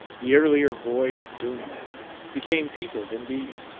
the earlier void of duneland became peopled indeed.